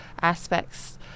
aspects